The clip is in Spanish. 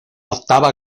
octava